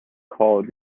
called